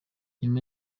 nyuma